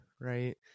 right